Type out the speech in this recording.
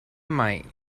might